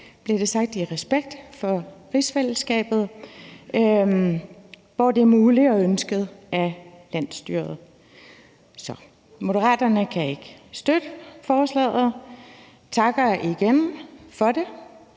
sagt, i respekt for rigsfællesskabet, hvor det er muligt og ønsket af landsstyret. Så Moderaterne kan ikke støtte forslaget. Vi takker igen for det